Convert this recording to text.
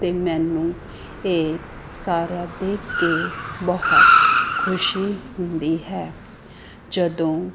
ਅਤੇ ਮੈਨੂੰ ਇਹ ਸਾਰਾ ਦੇਖ ਕੇ ਬਹੁਤ ਖੁਸ਼ੀ ਹੁੰਦੀ ਹੈ ਜਦੋਂ